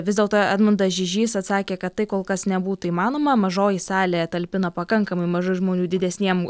vis dėlto edmundas žižys atsakė kad tai kol kas nebūtų įmanoma mažoji salė talpina pakankamai mažai žmonių didesniem